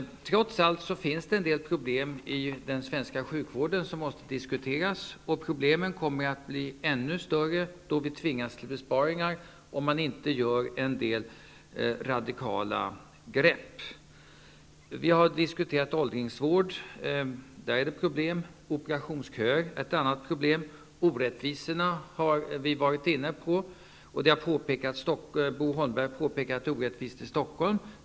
Trots allt finns det en del problem i den svenska sjukvården som måste diskuteras. Problemen kommer att bli ännu större när vi tvingas till besparingar, om man inte tar till en del radikala grepp. Vi har diskuterat åldringsvård. Där finns det problem. Operationsköer är ett annat problem. Debatten har varit inne på orättvisorna. Bo Holmberg har påpekat att det finns orättvisor i Stockholm.